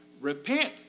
Repent